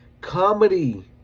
comedy